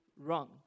wrong